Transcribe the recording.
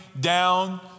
down